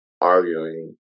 arguing